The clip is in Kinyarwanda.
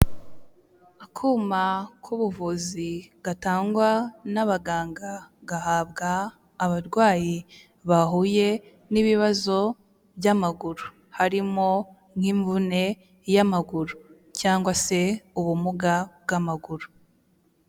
Akuma k'ubuvuzi gatangwa n'abaganga, gahabwa abarwayi bahuye n'ibibazo by'amaguru, harimo nk'imvune y'amaguru cyangwa se ubumuga bw'amaguru.